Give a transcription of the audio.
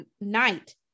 night